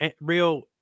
real